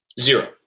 Zero